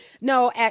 No